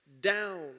down